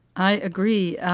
i agree.